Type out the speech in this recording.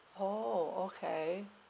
orh okay